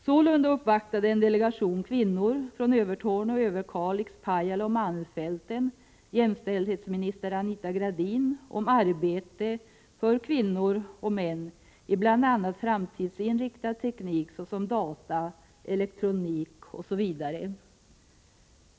Sålunda uppvaktade en delegation kvinnor från Övertorneå, Överkalix, Pajala och malmfälten jämställdhetsminister Anita Gradin om arbete för kvinnor och män i bl.a. framtidsinriktad teknik — såsom data, elektronik osv.